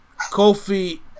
Kofi